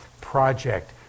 project